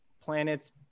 planets